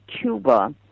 Cuba